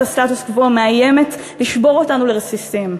הסטטוס קוו מאיים לשבור אותנו לרסיסים.